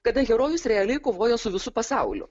kada herojus realiai kovoja su visu pasauliu